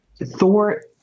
Thor